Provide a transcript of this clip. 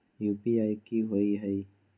UPI कि होअ हई?